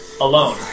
alone